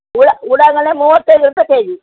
ಉಳ ಉಳ್ಳಾಗಡ್ಡೆ ಮೂವತ್ತೈದು ರೂಪಾಯಿ ಕೆಜಿ